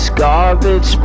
garbage